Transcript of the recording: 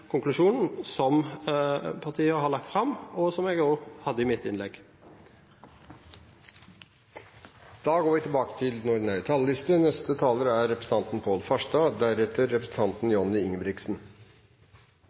konklusjonen som partiet har lagt fram, og som jeg også hadde i mitt innlegg.